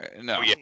No